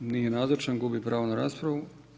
Nije nazočan gubi pravo na raspravu.